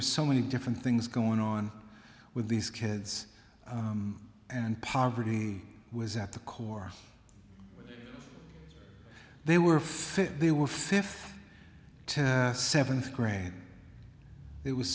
were so many different things going on with these kids and poverty was at the core they were fit they were fifth seventh grade it was